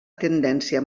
tendència